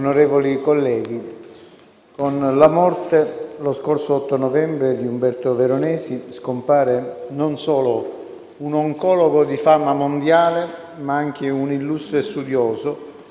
colleghi, con la morte, lo scorso 8 novembre, di Umberto Veronesi scompare non solo un oncologo di fama mondiale, ma anche un illustre studioso